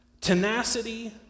Tenacity